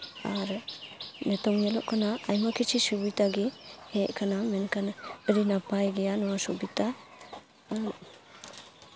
ᱟᱨ ᱱᱤᱛᱳᱝ ᱧᱮᱞᱚᱜ ᱠᱟᱱᱟ ᱟᱭᱢᱟ ᱠᱤᱪᱷᱩ ᱥᱩᱵᱤᱛᱟ ᱜᱮ ᱦᱮᱡ ᱠᱟᱱᱟ ᱢᱮᱱᱠᱷᱟᱱ ᱟᱹᱰᱤ ᱱᱟᱯᱟᱭ ᱜᱮᱭᱟ ᱱᱚᱣᱟ ᱥᱩᱵᱤᱛᱟ